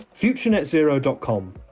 futurenetzero.com